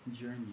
journey